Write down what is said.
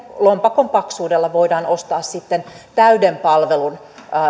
lompakon paksuudella voidaan ostaa sitten täyden palvelun